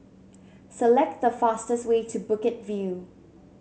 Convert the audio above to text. select the fastest way to Bukit View